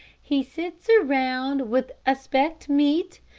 he sits around with aspect meek,